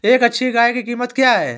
एक अच्छी गाय की कीमत क्या है?